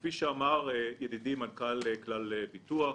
כפי שאמר ידידי מנכ"ל כלל ביטוח,